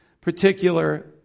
particular